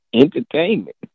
entertainment